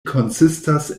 konsistas